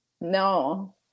No